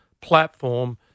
platform